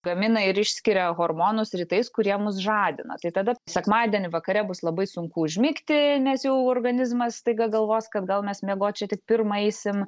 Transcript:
gamina ir išskiria hormonus rytais kurie mus žadina tai tada sekmadienį vakarę bus labai sunku užmigti nes jau organizmas staiga galvos kad gal mes miegot čia tik pirmą eisim